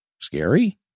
Scary